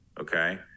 okay